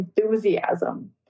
enthusiasm